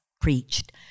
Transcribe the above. preached